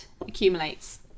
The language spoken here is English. accumulates